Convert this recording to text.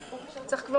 (תיקון),